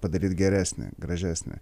padaryt geresnį gražesnį